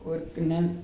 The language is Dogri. और मैं